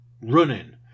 running